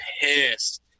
pissed